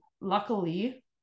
Luckily